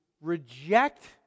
reject